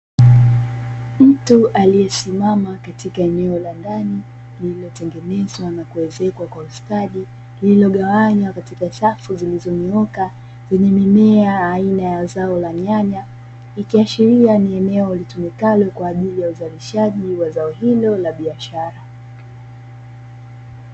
Mtu aliyesimama katika eneo la ndani lililotengenezwa na kuezekwa kwa ustadi, lililogawanywa katika safu zilizonyooka lenye mimea aina ya zao la nyanya; ikiashiria ni eneo kwa ajili ya uzalishaji wa zao hilo la biashara.